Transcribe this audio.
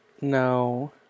No